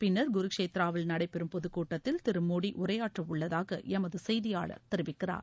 பின்னா் குருக்ஷேத்ராவில் நடைபெறும் பொதுக்கூட்டத்தில் திரு மோடி உரையாற்றவுள்ளதாக எமது செய்தியாளர் தெரிவிக்கிறார்